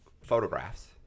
photographs